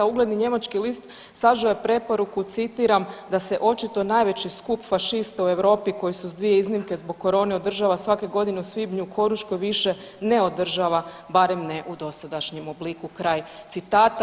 Ugledni njemački list sažeo je preporuku, citiram, da se očito najveći skup fašista u Europi koji se uz dvije iznimke zbog korone održava svake godine u svibnju u Koruškoj više ne održava, barem ne u dosadašnjem obliku, kraj citata.